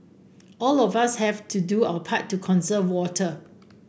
all of us have to do our part to conserve water